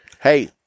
Hey